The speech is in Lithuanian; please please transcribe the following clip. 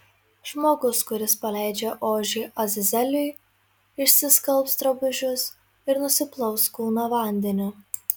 žmogus kuris paleidžia ožį azazeliui išsiskalbs drabužius ir nusiplaus kūną vandeniu